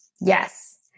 Yes